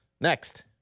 next